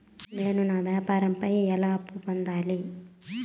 నేను నా వ్యాపారం పై ఎలా అప్పు పొందాలి?